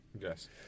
Yes